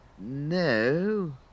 no